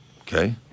Okay